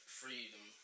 freedom